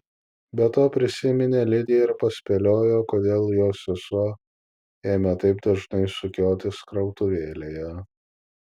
be to prisiminė lidiją ir paspėliojo kodėl jos sesuo ėmė taip dažnai sukiotis krautuvėlėje